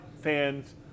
fans